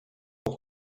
pour